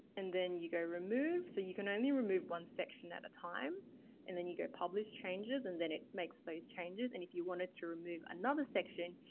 and then you go remove. so you can only remove one section at a time and then you go publish changes and then it makes those changes. and if you wanted to remove another section,